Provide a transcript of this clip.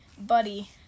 buddy